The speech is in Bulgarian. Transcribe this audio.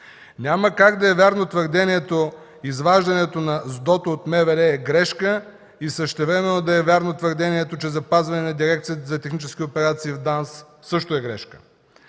Няма как да е вярно твърдението: изваждането на СДОТО от МВР е грешка и същевременно да е вярно твърдението, че запазване на Дирекцията за технически операции с ДАНС също е грешка.